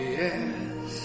yes